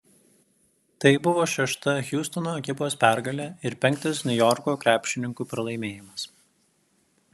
tai buvo šešta hjustono ekipos pergalė ir penktas niujorko krepšininkų pralaimėjimas